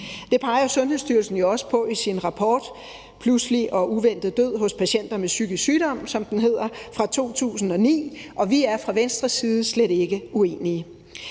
Det peger Sundhedsstyrelsen jo også på i sin rapport »Pludselig og uventet død hos patienter med psykisk sygdom«, som den hedder, fra 2009. Og vi er fra Venstres side slet ikke uenige.